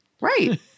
Right